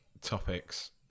topics